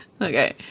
okay